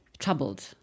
Troubled